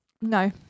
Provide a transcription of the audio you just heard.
No